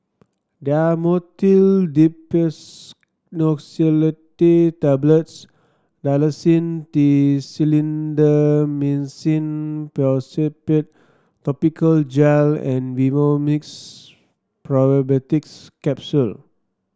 Dhamotil Diphenoxylate Tablets Dalacin T Clindamycin Phosphate Topical Gel and Vivomixx Probiotics Capsule